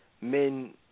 men